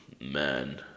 Man